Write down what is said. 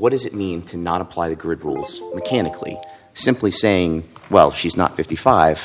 what does it mean to not apply the grid rules mechanically simply saying well she's not fifty five